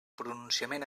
pronunciament